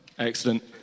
Excellent